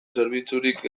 zerbitzurik